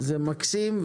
זה מקסים.